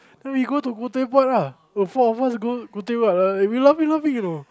then we go to Khoo-Teck-Puat lah the four of us go Khoo-Teck-Puat we laughing laughing you know